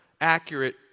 accurate